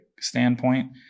standpoint